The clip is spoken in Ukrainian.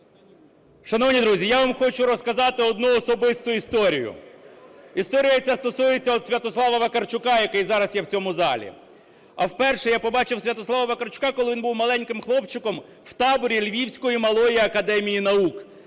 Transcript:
Шановні друзі, я вам хочу розказати одну особисту історію. Історія ця стосується Святослава Вакарчука, який зараз є в цьому залі. А вперше я побачив Святослава Вакарчука, коли він був маленьким хлопчиком в таборі Львівської Малої академії наук.